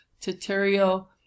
tutorial